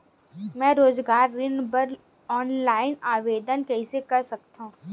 मैं रोजगार ऋण बर ऑनलाइन आवेदन कइसे कर सकथव?